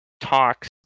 talks